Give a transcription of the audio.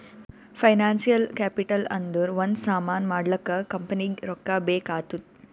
financial capital ಅಂದುರ್ ಒಂದ್ ಸಾಮಾನ್ ಮಾಡ್ಲಾಕ ಕಂಪನಿಗ್ ರೊಕ್ಕಾ ಬೇಕ್ ಆತ್ತುದ್